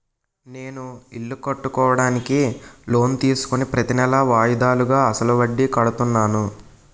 నేను ఇల్లు కట్టుకోడానికి లోన్ తీసుకుని ప్రతీనెలా వాయిదాలుగా అసలు వడ్డీ కడుతున్నాను